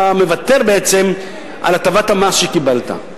אתה מוותר בעצם על הטבת המס שקיבלת.